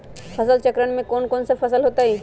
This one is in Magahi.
फसल चक्रण में कौन कौन फसल हो ताई?